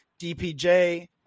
DPJ